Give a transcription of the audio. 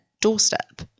doorstep